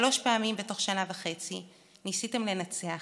שלוש פעמים בתוך שנה וחצי ניסיתם לנצח,